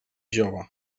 jove